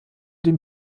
den